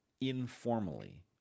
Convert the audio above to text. informally